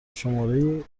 شماری